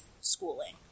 schooling